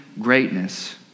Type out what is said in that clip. greatness